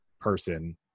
person